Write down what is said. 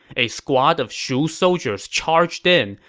a squad of shu soldiers charged in,